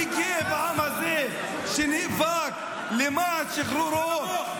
אני גאה בעם הזה שנאבק למען שחרורו.